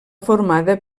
formada